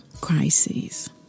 crisis